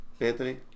Anthony